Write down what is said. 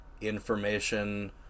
information